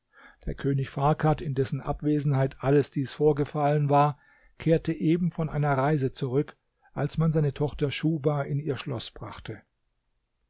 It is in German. der könig farkad in dessen abwesenheit alles dies vorgefallen war kehrte eben von einer reise zurück als man seine tochter schuhba in ihr schloß brachte